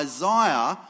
Isaiah